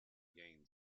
gained